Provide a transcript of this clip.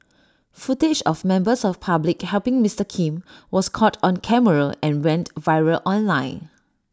footage of members of public helping Mister Kim was caught on camera and went viral online